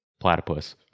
platypus